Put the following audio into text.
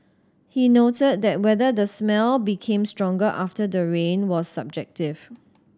he noted that whether the smell became stronger after the rain was subjective